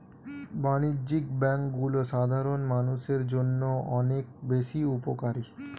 বাণিজ্যিক ব্যাংকগুলো সাধারণ মানুষের জন্য অনেক বেশি উপকারী